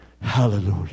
hallelujah